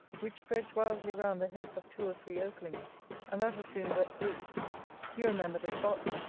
which spreads wildly round the heads of two or three oaklings and that was soon wet through you remember the spot.